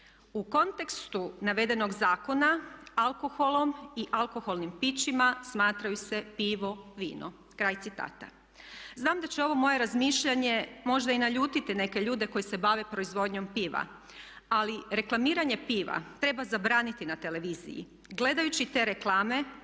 "U kontekstu navedenog zakona alkoholom i alkoholnim pićima smatraju se pivo, vino.", kraj citata. Znam da će ovo moje razmišljanje možda i naljutiti neke ljude koji se bave proizvodnjom piva ali reklamiranje piva treba zabraniti na televiziji. Gledajući te reklame